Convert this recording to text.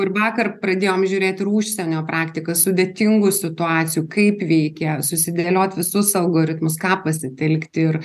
ir vakar pradėjom žiūrėt ir užsienio praktiką sudėtingų situacijų kaip veikia susidėliot visus algoritmus ką pasitelkti ir